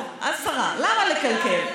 השרה, למה לקלקל?